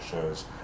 shows